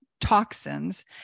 toxins